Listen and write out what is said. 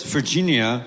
Virginia